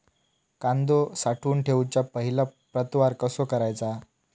कांदो साठवून ठेवुच्या पहिला प्रतवार कसो करायचा?